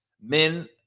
Men